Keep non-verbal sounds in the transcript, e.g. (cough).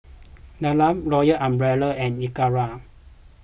(noise) Dilmah Royal Umbrella and Akira